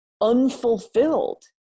unfulfilled